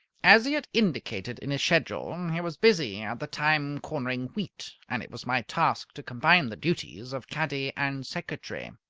as he had indicated in his schedule, he was busy at the time cornering wheat and it was my task to combine the duties of caddy and secretary.